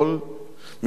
מכל משמר,